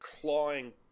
clawing